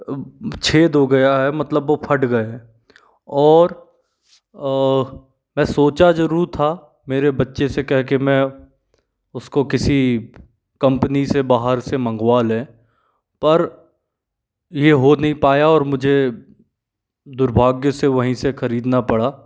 छेद हो गया है मतलब वह फट गया और मैं सोचा ज़रूर था मेरे बच्चे से कह कर मैं उसको किसी कम्पनी से बाहर से मंगवा लें पर यह हो नहीं पाया और मुझे दुर्भाग्य से वहीं से ख़रीदना पड़ा